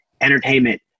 entertainment